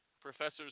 Professor's